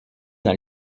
dans